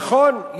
נכון,